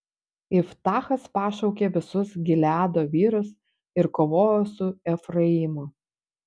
iftachas pašaukė visus gileado vyrus ir kovojo su efraimu